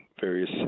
various